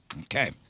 Okay